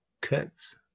cuts